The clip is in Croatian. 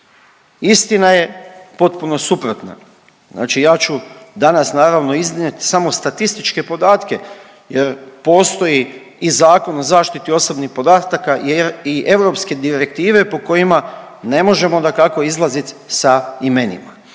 Istina je potpuno suprotna. Znači ja ću danas naravno iznijeti samo statističke podatke jer postoji i Zakon o zaštiti osobnih podataka i europske direktive po kojima ne možemo dakako izlaziti sa imenima.